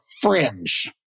fringe